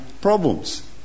problems